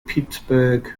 pittsburgh